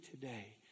today